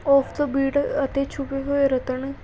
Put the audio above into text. of the beat ਅਤੇ ਛੁਪੇ ਹੋਏ ਰਤਨ